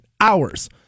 hours